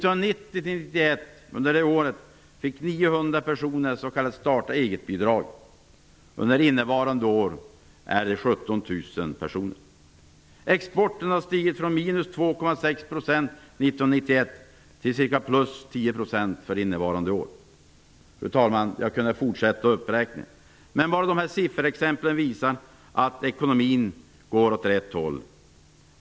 Under budgetåret 1990/91 fick 900 personer s.k. starta-eget-bidrag. Under innevarande år är det 17 000. Exporten har stigit från minus 2,6 % 1991 till cirka plus 10 % för innevarande år. Fru talman! Jag kunde fortsätta uppräkningen, men redan dessa sifferexempel visar att ekonomin går åt rätt håll.